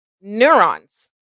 neurons